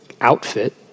outfit